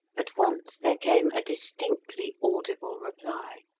at once there came a distinctly audible reply,